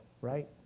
right